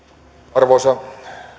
arvoisa